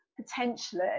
potentially